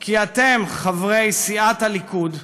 כי אתם, חברי סיעת הליכוד,